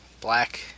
Black